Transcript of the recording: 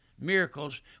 Miracles